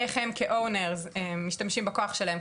איך הם כבעלים משתמשים בכוח שלהם,